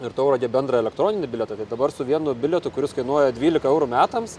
ir taurage bendrą elektroninį bilietą tai dabar su vienu bilietu kuris kainuoja dvylika eurų metams